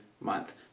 month